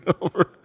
over